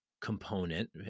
component